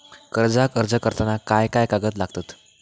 कर्जाक अर्ज करताना काय काय कागद लागतत?